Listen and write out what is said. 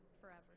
forever